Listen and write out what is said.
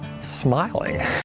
smiling